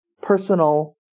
personal